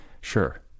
Sure